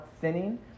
sinning